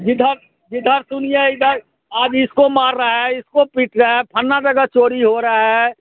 जिधर जिधर सुनिए इधर अब इसको मार रहा है इसको पीट रहा है फन्ना जगह चोरी हो रहा है